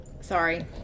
sorry